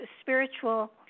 spiritual